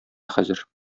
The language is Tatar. хәзер